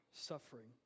suffering